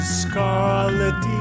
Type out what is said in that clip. scarlet